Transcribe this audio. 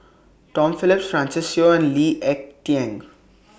Tom Phillips Francis Seow and Lee Ek Tieng